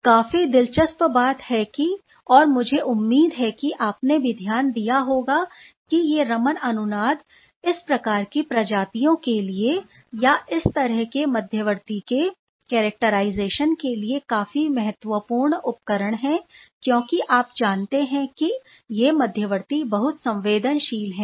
काफी दिलचस्प बात है और मुझे उम्मीद है कि आपने भी यह ध्यान दिया होगा कि ये रमन अनुनाद इस प्रकार की प्रजातियों के लिए या इस तरह के मध्यवर्ती के कैरक्टराइजेशन के लिए काफी महत्वपूर्ण उपकरण हैं क्योंकि आप जानते हैं कि ये मध्यवर्ती बहुत संवेदनशील हैं